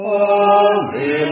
Holy